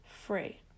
free